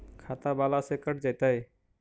खाता बाला से कट जयतैय?